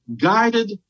guided